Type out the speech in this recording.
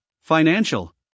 financial